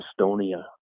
Estonia